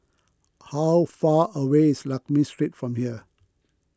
how far away is Lakme Street from here